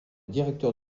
directeur